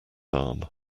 arm